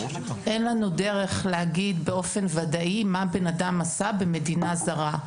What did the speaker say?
אין לנו דרך להגיד באופן ודאי מה בן אדם עשה במדינה זרה.